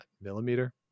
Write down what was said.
millimeter